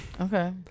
okay